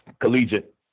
collegiate